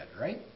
right